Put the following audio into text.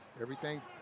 everything's